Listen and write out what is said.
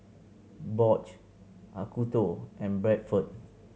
Bosch Acuto and Bradford